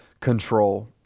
control